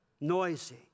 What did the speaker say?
noisy